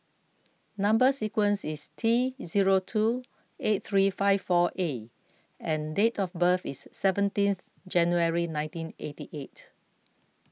Number Sequence is T zero two eight three five four A and date of birth is seventeenth January nineteen eighty eight